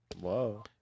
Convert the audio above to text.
Whoa